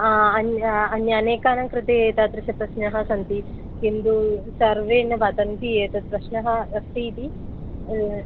अन्ये अन्ये अनेकानां कृते एतादृश प्रश्नः सन्ति किन्तु सर्वे न वदन्ति एतत् प्रश्नः अस्ति इति